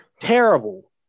Terrible